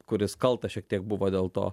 kuris kaltas šiek tiek buvo dėl to